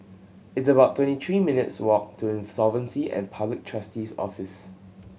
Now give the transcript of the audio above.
it's about twenty three minutes' walk to Insolvency and Public Trustee's Office